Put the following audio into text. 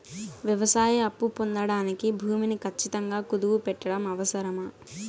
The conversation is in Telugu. వ్యవసాయ అప్పు పొందడానికి భూమిని ఖచ్చితంగా కుదువు పెట్టడం అవసరమా?